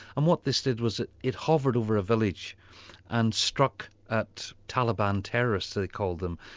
and what this did was it it hovered over a village and struck at taliban terrorists, they called them,